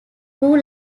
two